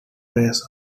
phase